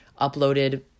uploaded